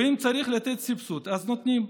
ואם צריך לתת סבסוד, אז נותנים.